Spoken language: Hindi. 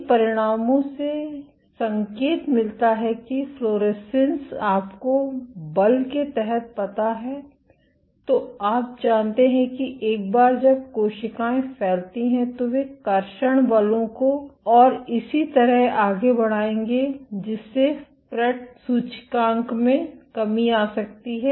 इन परिणामों से संकेत मिलता है कि फ़्लॉरेसेंस आपको बल के तहत पता है तो आप जानते हैं कि एक बार जब कोशिकाएं फैलती हैं तो वे कर्षण बलों को और इसी तरह आगे बढ़ाएंगे जिससे फ्रेट सूचकांक में कमी आ सकती है